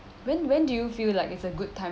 when when do you feel like it's a good time